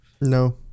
No